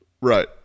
Right